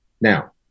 Now